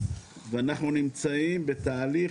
ואנחנו נמצאים בתהליך,